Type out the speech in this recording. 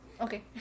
okay